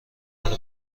داره